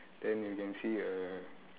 then you can see a